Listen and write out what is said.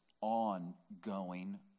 ongoing